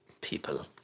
people